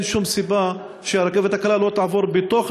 אין שום סיבה שהרכבת הקלה לא תעבור בתוך